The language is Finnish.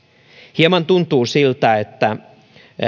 hieman tuntuu siltä että